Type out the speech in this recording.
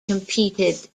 competed